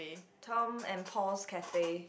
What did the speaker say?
Tom and Paul's Cafe